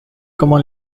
como